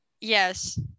Yes